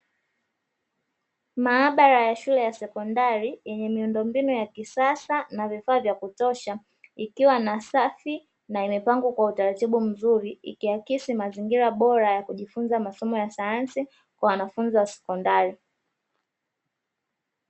Maabara ya shule ya sekondari yenye miundombinu ya kisasa na vifaa vya kutosha, ikiwa safi na imepangwa kwa utaratibu mzuri, ikiakisi mazingira bora ya kujifunza masomo ya sayansi kwa wanafunzi wa sekondari.